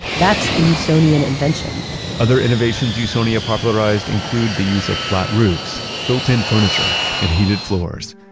that's a usonian invention other innovations usonia popularized, include the use of flat roofs, built-in furniture, and heated floors.